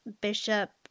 Bishop